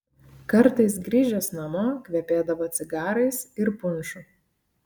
kartais grįžęs namo kvepėdavo cigarais ir punšu